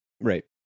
right